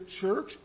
church